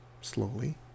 slowly